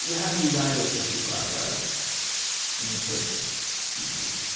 how do you evaluate those two cloud providers in the choice of usage?